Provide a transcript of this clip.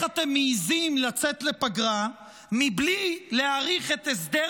אתם מעיזים לצאת לפגרה בלי להאריך את הסדר